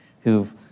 who've